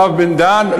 הרב בן-דהן,